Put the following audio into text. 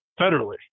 federally